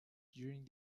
during